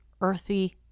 earthy